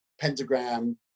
pentagram